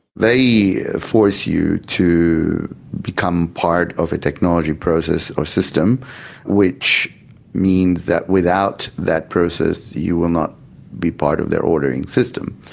they force you to become part of a technology process or system which means that without that process you will not be part of their ordering system.